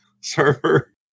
server